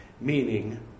meaning